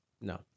No